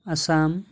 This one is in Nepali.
असम